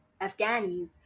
Afghanis